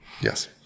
yes